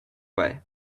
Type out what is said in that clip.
way